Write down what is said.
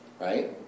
Right